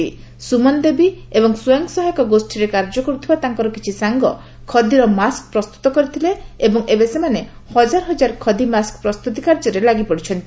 ସ୍ତମନଦେବୀଏବଂ ସ୍ୱୟଂସହାୟକ ଗୋଷୀରେ କାର୍ଯ୍ୟ କରିଥିବା ତାଙ୍କର କିଛି ସାଙ୍ଗ ଖଦିର ମାସ୍କ ପ୍ରସ୍ତୁତ କରିଥିଲେ ଏବଂ ଏବେ ସେମାନେ ହଜାର ହଜାର ଖଦୀମାସ୍କ ପ୍ରସ୍ତୁତି କାର୍ଯ୍ୟରେ ଲାଗିପଡ଼ିଛନ୍ତି